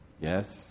Yes